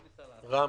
רם?